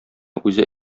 үзе